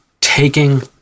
taking